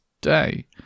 day